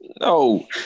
no